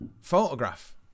photograph